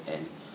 and